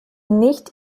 nicht